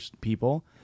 people